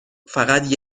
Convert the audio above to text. فقط